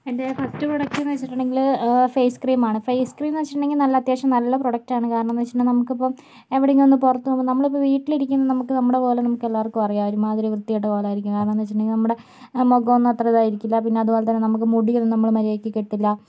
എൻ്റെ first product എന്ന് ചോദിച്ചിട്ടുണ്ടെങ്കില് ഫേസ് ക്രീം ആണ് ഫേസ് ക്രീമെന്ന് വെച്ചിട്ടുണ്ടെങ്കില് നല്ല അത്യാവശ്യം നല്ല പ്രോഡക്റ്റ് ആണ് കാരണമെന്ന് വെച്ചിട്ടുണ്ടെങ്കിൽ നമുക്ക് ഇപ്പോൾ എവിടെങ്കിലും ഒന്ന് പുറത്ത് പോകുമ്പോൾ നമ്മൾ ഇപ്പോൾ വീട്ടിൽ ഇരിക്കുമ്പോൾ നമ്മുടെ കോലം നമുക്ക് എല്ലാവർക്കും അറിയാം ഒരു മാതിരി വൃത്തികെട്ട കോലം ആയിരിക്കും കാരണം എന്ന് വെച്ചിട്ടുണ്ടെങ്കിൽ നമ്മുടെ നമുക്ക് ഒന്നും അത്ര ഇതായിരിക്കില്ല പിന്നെ അതുപോലെതന്നെ നമ്മുടെ മുടി ഒന്നും നമ്മള് മര്യാദയ്ക്ക് കെട്ടില്ല